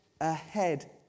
ahead